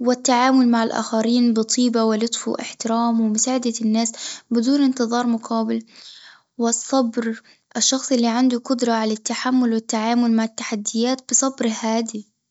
والتعامل مع الآخرين بطيبة ولطف واحترام ومساعدة الناس بدون انتظار مقابل والصبر، الشخص اللي عنده قدرة على التحمل والتعامل مع التحديات بصبر هادي.